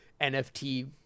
NFT